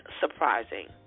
surprising